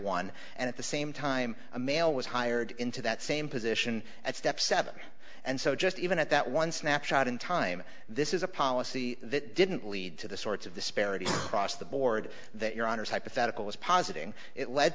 one and at the same time a male was hired into that same position at step seven and so just even at that one snapshot in time this is a policy that didn't lead to the sorts of the spirit cross the board that your honour's hypothetical was positing it le